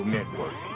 Network